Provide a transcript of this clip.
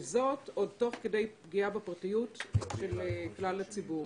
וזאת עוד תוך כדי פגיעה בפרטיות של כלל הציבור.